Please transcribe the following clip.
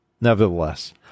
Nevertheless